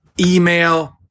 email